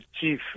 chief